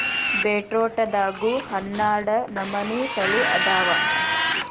ಬೇಟ್ರೂಟದಾಗು ಹನ್ನಾಡ ನಮನಿ ತಳಿ ಅದಾವ